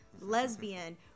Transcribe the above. Lesbian